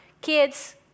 kids